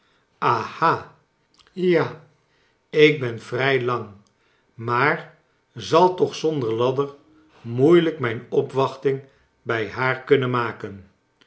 ja ik ben vrij lang maar zal toch zonder ladder moeilijk mijn opwachting bij haar kunnen maken